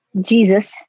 Jesus